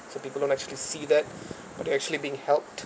so people don't actually see that but actually being helped